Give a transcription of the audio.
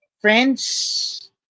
Friends